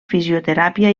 fisioteràpia